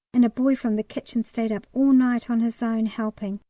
and a boy from the kitchen stayed up all night on his own, helping.